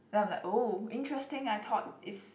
then I'm like oh interesting I thought it's